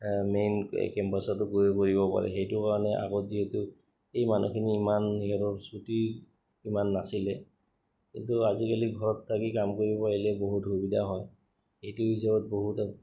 main কেম্পাছটো গৈ কৰিব পাৰে সেইটো কাৰণে আগত যিহেতু এই মানুহখিনি ইমান সিহঁতৰ ছুটীৰ ইমান নাছিলে কিন্তু আজিকালি ঘৰত থাকি কাম কৰিব পাৰিলে বহুত সুবিধা হয় সেইটো হিচাপত বহুত